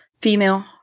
female